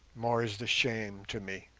more is the shame to me.